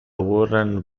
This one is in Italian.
warren